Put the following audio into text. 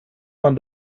man